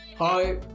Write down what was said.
Hi